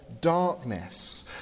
darkness